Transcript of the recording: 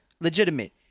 legitimate